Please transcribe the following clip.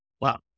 Wow